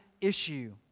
issue